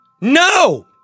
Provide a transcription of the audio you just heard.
No